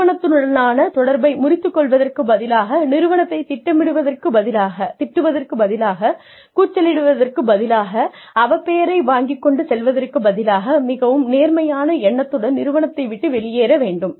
நிறுவனத்துடனான தொடர்பை முறித்துக் கொள்வதற்குப் பதிலாக நிறுவனத்தை திட்டுவதற்குப் பதிலாக கூச்சலிடுவதற்குப் பதிலாக அவப்பெயரை வாங்கிக் கொண்டு செல்வதற்குப் பதிலாக மிகவும் நேர்மறையான எண்ணத்துடன் நிறுவனத்தை விட்டு வெளியேற வேண்டும்